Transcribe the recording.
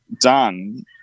done